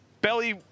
belly